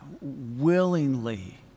willingly